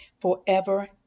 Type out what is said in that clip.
forever